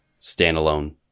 standalone